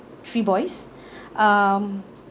three boys um